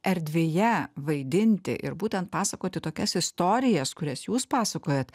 erdvėje vaidinti ir būtent pasakoti tokias istorijas kurias jūs pasakojat